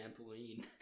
trampoline